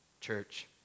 church